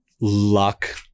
luck